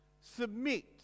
Submit